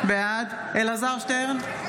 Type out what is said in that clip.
בעד אלעזר שטרן,